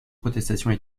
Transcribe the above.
protestations